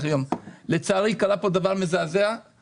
אני